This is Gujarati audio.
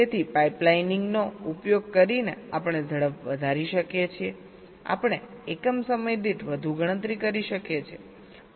તેથી પાઇપલાઇનિંગ નો ઉપયોગ કરીને આપણે ઝડપ વધારી શકીએ છીએ આપણે એકમ સમય દીઠ વધુ ગણતરી કરી શકીએ છીએ